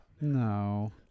No